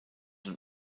und